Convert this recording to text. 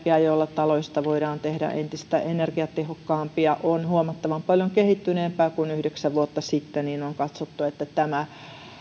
ja jolla taloista voidaan tehdä entistä energiatehokkaampia on huomattavan paljon kehittyneempää kuin yhdeksän vuotta sitten niin on katsottu että tämä